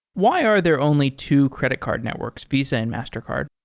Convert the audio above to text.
why are there only two credit card networks? visa and mastercard?